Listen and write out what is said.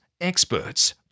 experts